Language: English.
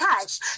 touch